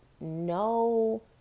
no